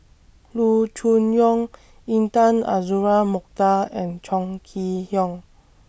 Loo Choon Yong Intan Azura Mokhtar and Chong Kee Hiong